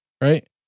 right